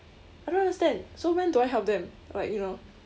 I don't understand so when do I help them like you know